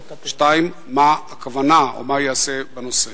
2. מה הכוונה או מה ייעשה בנושא?